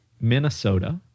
Minnesota